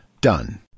Done